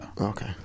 Okay